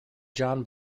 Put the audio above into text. john